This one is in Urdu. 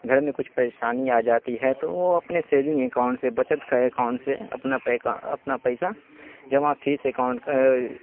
گھر میں کچھ پریشانی آ جاتی ہے تو وہ اپنے سے سیونگ اکاؤنٹ سے بچت کا اکاؤنٹ سے اپنا اپنا پیسہ جمع فیس اکاؤنٹ کا